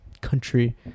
country